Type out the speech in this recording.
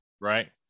Right